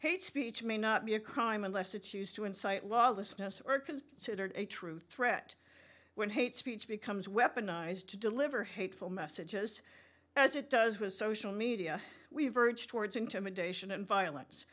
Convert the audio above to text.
hate speech may not be a crime unless the choose to incite lawlessness are considered a true threat when hate speech becomes weaponized to deliver hateful messages as it does was social media we verge towards intimidation and violence